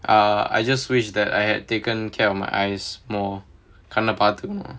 uh I just wish that I had taken care of my eyes more கண்ணே பாத்துக்கனும்:kannae paathukanum